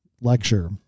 lecture